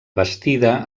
bastida